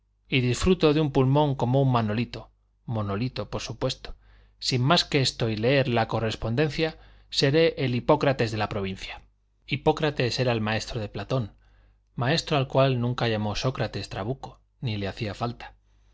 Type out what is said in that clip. y disfruto de un pulmón como un manolito monolito por supuesto sin más que esto y leer la correspondencia seré el hipócrates de la provincia hipócrates era el maestro de platón maestro al cual nunca llamó sócrates trabuco ni le hacía falta